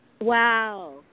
Wow